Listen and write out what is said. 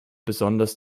besonders